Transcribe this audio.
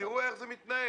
תראו איך זה מתנהל.